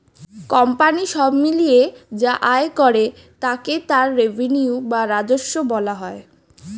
company সব মিলিয়ে যা আয় করে তাকে তার রেভিনিউ বা রাজস্ব বলা হয়